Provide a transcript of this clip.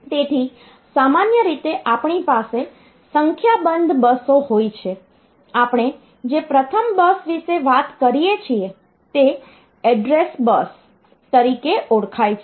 તેથી સામાન્ય રીતે આપણી પાસે સંખ્યાબંધ બસો હોય છે આપણે જે પ્રથમ બસ વિશે વાત કરીએ છીએ તે એડ્રેસ address સરનામું બસ તરીકે ઓળખાય છે